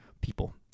people